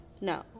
No